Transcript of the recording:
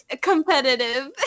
competitive